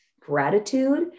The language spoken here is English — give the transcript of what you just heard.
gratitude